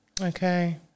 Okay